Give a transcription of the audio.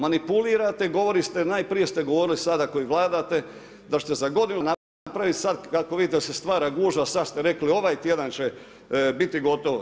Manipulirate, govorite najprije ste govorili sada koji vladate da ćete za godinu dana napraviti sada kako vidite da se stvara gužva, sada ste rekli ovaj tjedan će biti gotovo.